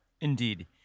Indeed